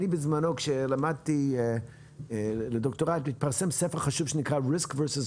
בזמנו כשלמדתי לדוקטורט התפרסם ספר חשוב שנקרא Risk vs.